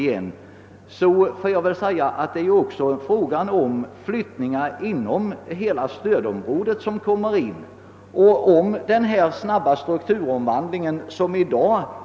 Här måste man väl ändå räkna med även flyttningar inom hela stödområdet. För den snabba strukturomvandlingen behövs också pengar.